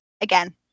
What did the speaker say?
again